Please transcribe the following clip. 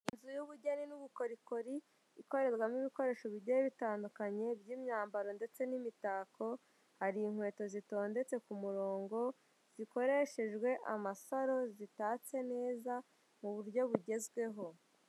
Inzu y'ubugeni n'ubukorikori ikorerwamo ibikoresho bigiye bitandukanye by'imyambaro ndetse n'imitako, hari inkweto zitondetse ku murongo, zikoreshejwe amasaro, zitatse neza mu buryo bugezweho.